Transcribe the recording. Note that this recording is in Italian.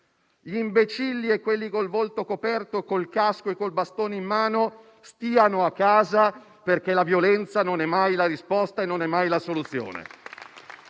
gli imbecilli, quelli con il volto coperto, con il casco e con il bastone in mano stiano a casa, perché la violenza non è mai la risposta e non è mai la soluzione